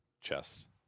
chest